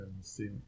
see